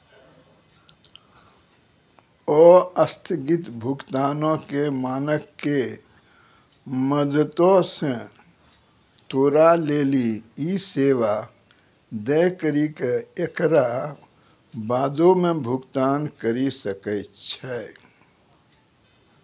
अस्थगित भुगतानो के मानक के मदतो से तोरा लेली इ सेबा दै करि के एकरा बादो मे भुगतान करि सकै छै